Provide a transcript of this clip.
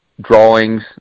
drawings